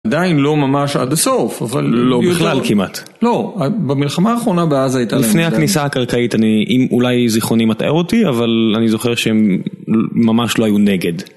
עדיין לא ממש עד הסוף, אבל לא בכלל כמעט. לא, במלחמה האחרונה בעזה הייתה להם. לפני הכניסה הקרקעית, אולי זיכרוני מטעה אותי, אבל אני זוכר שהם ממש לא היו נגד.